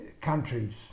countries